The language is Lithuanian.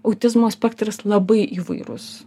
autizmo spektras labai įvairus